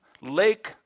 Lake